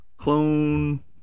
Clone